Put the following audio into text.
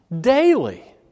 daily